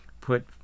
put